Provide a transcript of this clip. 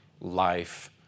life